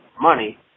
money